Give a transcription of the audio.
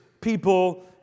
people